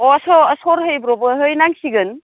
अ' सर सरहै ब्रबहै नांसिगोन